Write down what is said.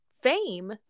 fame